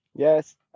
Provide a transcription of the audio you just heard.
Yes